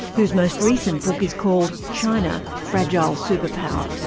whose most recent book is called china fragile superpower.